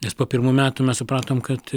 nes po pirmų metų mes supratom kad